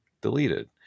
deleted